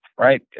Right